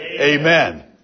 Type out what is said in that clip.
Amen